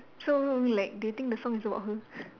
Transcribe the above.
so like do you think the song is about her